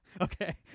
okay